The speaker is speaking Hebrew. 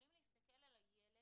יכולים להסתכל על הילד,